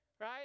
right